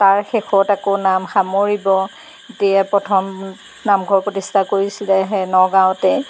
তাৰ শেষত আকৌ নাম সামৰিব এতিয়া প্ৰথম নামঘৰ প্ৰতিষ্ঠা কৰিছিলে সেই নগাঁৱতে